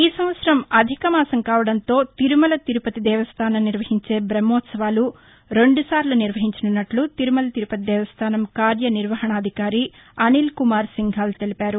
ఈ సంవత్సరం అధికమాసం కావటంతో తిరుమల తిరుపతి దేవస్థానం నిర్వహించే బహ్మాత్సవాలు రెండు సార్లు నిర్వహించనున్నట్లు తిరుమల తిరుపతి దేవస్థానం కార్యనిర్వహణాధికారి అనిల్కుమార్ సింఘాల్ తెలిపారు